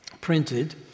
printed